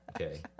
Okay